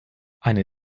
eine